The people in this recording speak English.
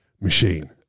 machine